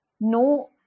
no